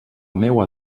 meua